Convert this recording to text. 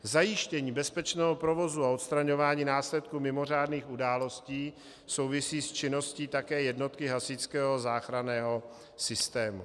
Zajištění bezpečného provozu a odstraňování následků mimořádných událostí souvisí s činností také jednotky hasičského záchranného systému.